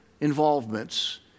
involvements